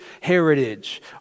heritage